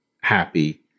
happy